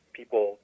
people